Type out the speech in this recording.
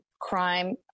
crime